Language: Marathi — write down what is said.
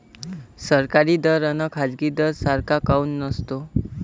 सरकारी दर अन खाजगी दर सारखा काऊन नसतो?